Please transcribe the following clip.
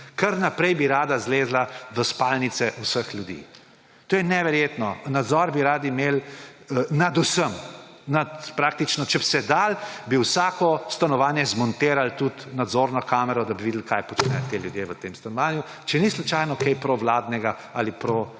kar naprej bi rada zlezla v spalnice vseh ljudi. To je neverjetno. Nadzor bi radi imeli nad vsem. Če bi se dalo, bi v vsako stanovanje zmontirali tudi nadzorno kamero, da bi videli, kaj počnejo ti ljudje v tem stanovanju, če ni slučajno kaj protivladnega ali